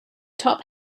top